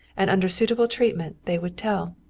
and under suitable treatment they would tell.